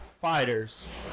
fighters